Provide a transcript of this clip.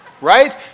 right